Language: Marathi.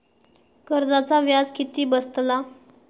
कर्जाचा व्याज किती बसतला?